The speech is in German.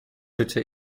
hütte